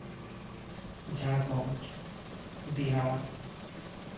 Jharkhand Bihar